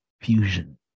Fusion